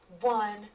One